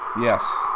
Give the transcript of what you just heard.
Yes